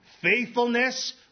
faithfulness